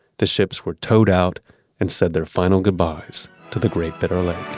the ships were towed out and said their final goodbyes to the great bitter lake